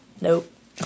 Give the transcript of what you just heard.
nope